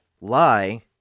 lie